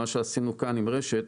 מה שעשינו כאן עם רש"ת,